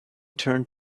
turned